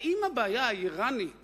האם הבעיה האירנית